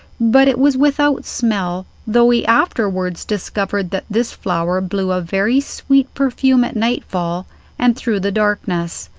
but it was without smell, though he afterwards discovered that this flower blew a very sweet perfume at nightfall and through the darkness,